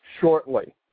shortly